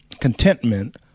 contentment